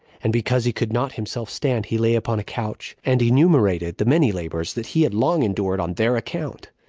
and because he could not himself stand, he lay upon a couch, and enumerated the many labors that he had long endured on their account,